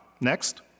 Next